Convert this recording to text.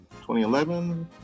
2011